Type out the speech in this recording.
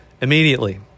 immediately